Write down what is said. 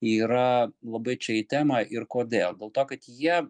yra labai čia į temą ir kodėl dėl to kad jie